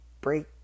break